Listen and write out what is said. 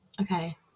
Okay